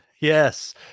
Yes